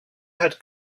had